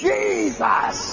Jesus